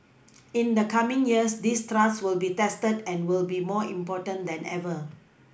in the coming years this trust will be tested and will be more important than ever